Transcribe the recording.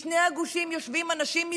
בשני הגושים יושבים אנשים מסורתיים,